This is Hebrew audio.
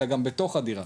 אלא גם בתוך הדירה.